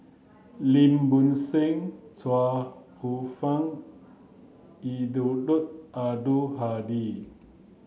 Lim Bo Seng Chuang Hsueh Fang and Eddino Abdul Hadi